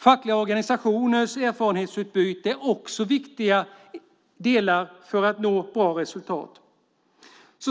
Fackliga organisationers erfarenhetsutbyte är också viktiga delar för att nå ett bra resultat.